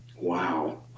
Wow